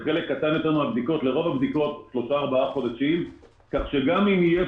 לרוב הבדיקות 3,4 חודשים כך שגם אם יהיה